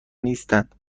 نیستند